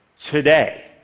today.